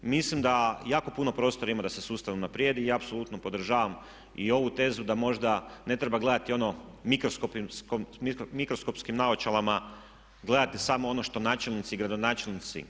Mislim da jako puno prostora ima da se sustav unaprijedi i apsolutno podržavam i ovu tezu da možda ne treba gledati ono mikroskopskim naočalama, gledati samo ono što načelnici i gradonačelnici.